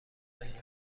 زنگ